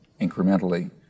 incrementally